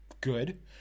good